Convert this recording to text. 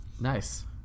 Nice